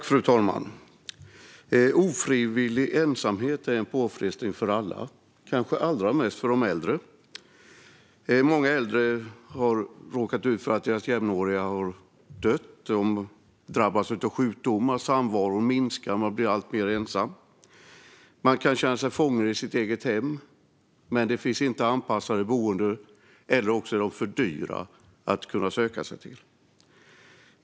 Fru talman! Ofrivillig ensamhet är en påfrestning för alla, kanske allra mest för de äldre. Många äldre har råkat ut för att deras jämnåriga har dött. De drabbas av sjukdomar, och samvaron minskar. Man blir alltmer ensam och kan känna sig fången i sitt eget hem. Men det finns inte anpassade boenden eller också är de för dyra att söka sig till.